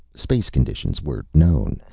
space conditions were known.